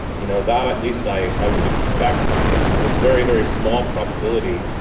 you know, that, at least i i would expect with very, very small probability.